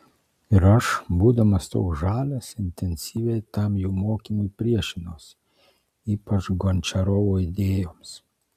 ir aš būdamas toks žalias intensyviai tam jų mokymui priešinausi ypač gončiarovo idėjoms